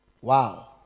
Wow